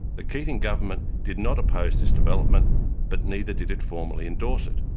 the keating government did not oppose this development but neither did it formally endorse it.